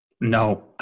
No